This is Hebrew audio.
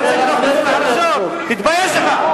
תתבייש לך.